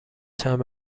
چند